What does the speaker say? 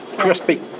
Crispy